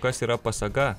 kas yra pasaga